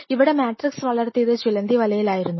ഇവിടെ മാട്രിക്സ് വളർത്തിയത് ചിലന്തിവലയിൽ ആയിരുന്നു